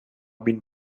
been